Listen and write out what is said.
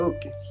Okay